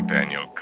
Daniel